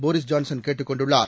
Boris Johnson கேட்டுக் கொண்டுள்ளார்